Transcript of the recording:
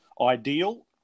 Ideal